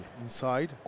inside